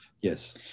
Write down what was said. Yes